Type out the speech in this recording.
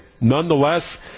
nonetheless